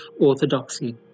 orthodoxy